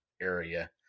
area